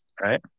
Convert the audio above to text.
Right